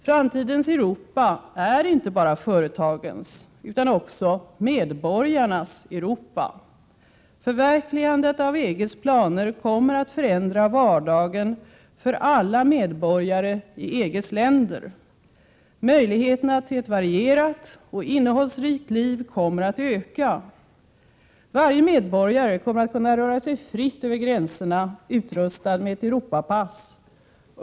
Framtidens Europa är inte bara företagens utan också medborgarnas Europa. Förverkligandet av EG:s planer kommer att förändra vardagen för alla medborgare i EG:s länder. Möjligheterna till ett varierat och innehållsrikt liv kommer att öka. Varje medborgare kommer att kunna röra sig fritt över gränserna, utrustad med ett Europapass.